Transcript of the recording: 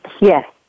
Yes